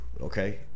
Okay